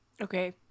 okay